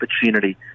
opportunity